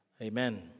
Amen